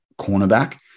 cornerback